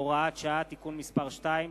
הוראת שעה) (תיקון מס' 2),